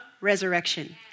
resurrection